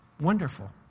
Wonderful